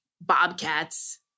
bobcats